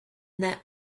that